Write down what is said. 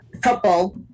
couple